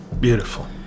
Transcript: Beautiful